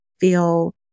feel